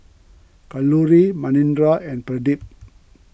Kalluri Manindra and Pradip